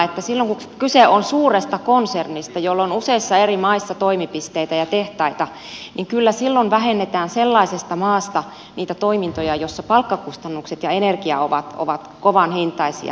silloin kun kyse on suuresta konsernista jolla on useissa eri maissa toimipisteitä ja tehtaita kyllä silloin vähennetään sellaisesta maasta niitä toimintoja jossa palkkakustannukset ja energia ovat kovan hintaisia